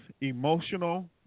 emotional